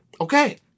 okay